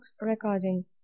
recording